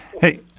Hey